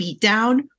beatdown